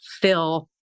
fill